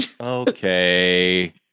Okay